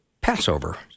Passover